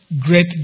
great